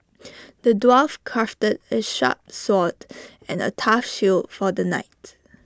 the dwarf crafted A sharp sword and A tough shield for the knight